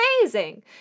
amazing